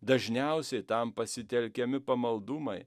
dažniausiai tam pasitelkiami pamaldumai